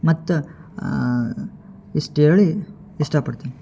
ಮತ್ತು ಇಷ್ಟು ಹೇಳಿ ಇಷ್ಟಪಡ್ತೀನಿ